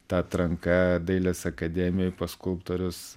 ta atranka dailės akademijoj pas skulptorius